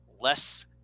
less